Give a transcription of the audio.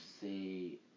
see